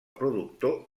productor